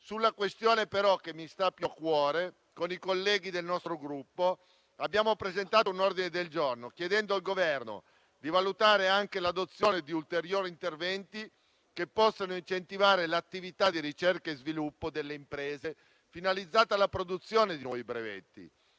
Sulla questione però che mi sta più a cuore, con i colleghi del nostro Gruppo, abbiamo presentato un ordine del giorno, chiedendo al Governo di valutare anche l'adozione di ulteriori interventi che possano incentivare l'attività di ricerca e sviluppo delle imprese finalizzata alla produzione di nuovi brevetti.